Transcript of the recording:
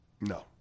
No